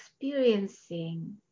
experiencing